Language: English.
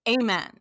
amen